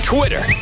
Twitter